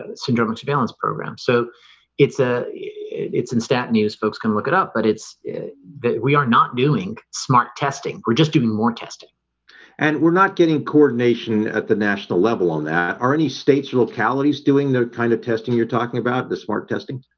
syndromic surveillance program so it's a it's in stat news folks can look it up, but it's that we are not doing smart testing we're just doing more testing and we're not getting coordination at the national level on that are any states? localities doing the kind of testing you're talking about the smart testing